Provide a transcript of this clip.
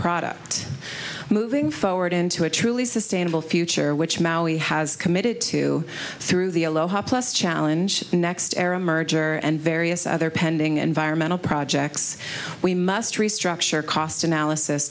product moving forward into a truly sustainable future which now he has committed to through the aloha plus challenge next era merger and various other pending environmental projects we must restructure cost analysis